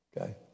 Okay